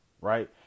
Right